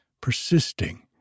persisting